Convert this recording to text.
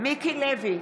מיקי לוי,